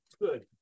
Good